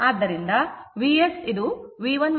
ಆದ್ದರಿಂದ Vs V1 V2 ಗೆ ಸಮಾನಗಿರುತ್ತದೆ